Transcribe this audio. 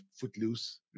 Footloose